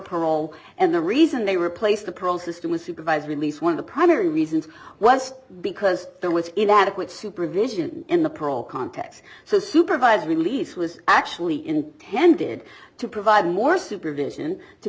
parole and the reason they replaced the parole system with supervised release one of the primary reasons was because there was inadequate supervision in the parole context so supervised release was actually intended to provide more supervision to